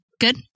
Good